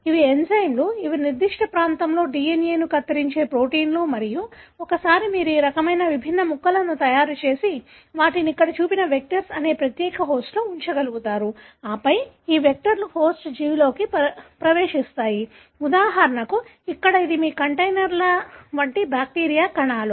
ఇవి ఎంజైమ్లు ఇవి నిర్దిష్ట ప్రాంతంలో DNA ను కత్తిరించే ప్రోటీన్లు మరియు ఒకసారి మీరు ఈ రకమైన విభిన్న ముక్కలను తయారు చేసి వాటిని ఇక్కడ చూపిన వెక్టర్స్ అనే ప్రత్యేక హోస్ట్లో ఉంచగలుగుతారు ఆపై ఈ వెక్టర్లు హోస్ట్ జీవిలోకి ప్రవేశిస్తాయి ఉదాహరణకు ఇక్కడ ఇది మీ కంటైనర్ల వంటి బ్యాక్టీరియా కణాలు